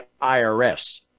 IRS